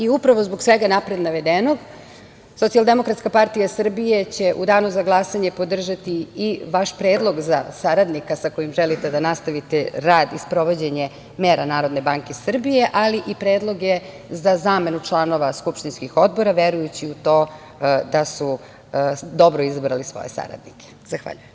Upravo zbog svega napred navedenog, Socijaldemokratska partija Srbije će u danu za glasanje podržati i vaš predlog za saradnika sa kojim želite da nastavite rad i sprovođenje mera NBS, ali i predloge za zamenu članova skupštinskih odbora, verujući u to da su dobro izabrali svoje saradnike.